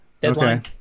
deadline